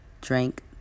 Drank